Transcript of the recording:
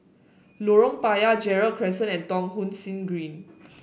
Lorong Payah Gerald Crescent and Thong Soon Green